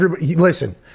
Listen